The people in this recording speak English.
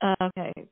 okay